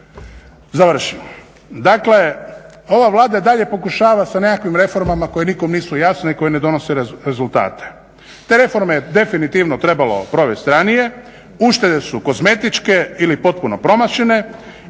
završim. Dakle, ova Vlada i dalje pokušava sa nekakvim reformama koje nikom nisu jasne i koje ne donose rezultate. Te reforme je definitivno trebalo provesti ranije, uštede su kozmetičke ili potpuno promašene,